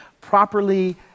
properly